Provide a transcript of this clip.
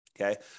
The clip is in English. Okay